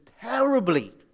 terribly